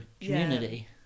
community